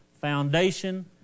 foundation